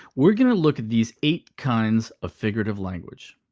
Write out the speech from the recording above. we're going to look at these eight kinds of figurative language.